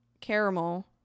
caramel